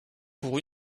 pour